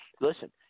listen